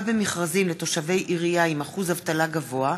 במכרזים לתושבי עירייה עם אחוז אבטלה גבוה),